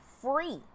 free